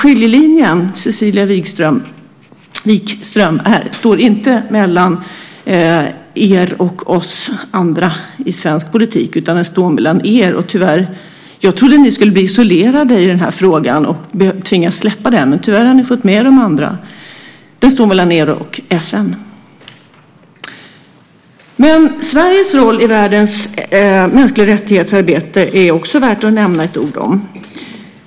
Därför, Cecilia Wikström, går inte skiljelinjen mellan er och oss andra i svensk politik, utan den går mellan er och FN. Jag trodde att ni skulle bli isolerade i denna fråga och tvingas släppa den. Men tyvärr har ni fått med er de andra i den borgerliga alliansen. Sveriges roll i världens arbete för mänskliga rättigheter är också värt att nämna några ord om.